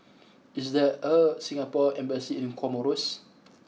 is there a Singapore embassy in Comoros